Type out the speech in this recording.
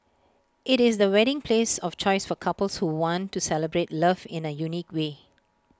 IT is the wedding place of choice for couples who want to celebrate love in A unique way